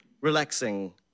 Relaxing